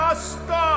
Stop